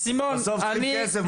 בסוף צריכים כסף,